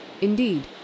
Indeed